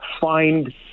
find